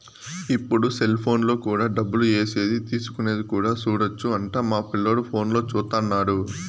ఇప్పుడు సెలిపోనులో కూడా డబ్బులు ఏసేది తీసుకునేది కూడా సూడొచ్చు అంట మా పిల్లోడు ఫోనులో చూత్తన్నాడు